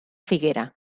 figuera